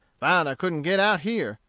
found i couldn't get out here,